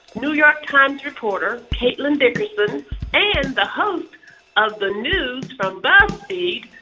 new york times reporter caitlin dickerson and the host of the news from buzzfeed,